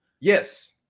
Yes